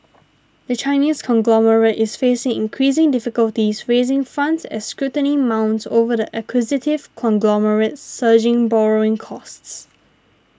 the Chinese conglomerate is facing increasing difficulties raising funds as scrutiny mounts over the acquisitive conglomerate's surging borrowing costs